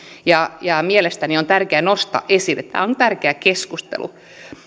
ja ja mielestäni tämä on tärkeää nostaa esille tämä on tärkeä keskustelu